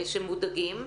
שהם מודאגים.